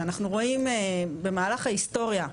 ואנחנו רואים במהלך ההיסטוריה,